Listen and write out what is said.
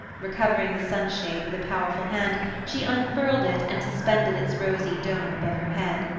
recovering the sunshade with a powerful hand she unfurled it and suspended its rosy dome above her head.